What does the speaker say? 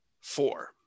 Four